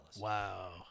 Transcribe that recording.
Wow